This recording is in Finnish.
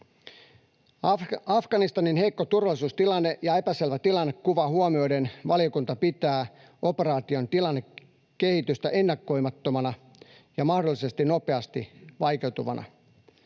Afganistanin heikko turvallisuustilanne ja epäselvä tilannekuva huomioiden valiokunta pitää operaation tilannekehitystä ennakoimattomana ja mahdollisesti nopeasti vaikeutuvana.